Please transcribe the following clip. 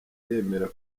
yemera